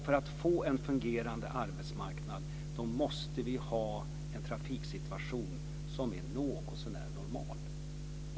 För att få en fungerande arbetsmarknad måste vi ha en trafiksituation som är något så när normal.